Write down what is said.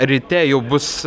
ryte jau bus